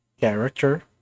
character